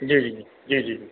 जी जी जी जी